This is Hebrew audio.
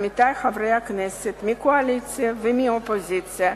עמיתי חברי הכנסת מהקואליציה ומהאופוזיציה,